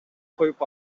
коюп